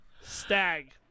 stag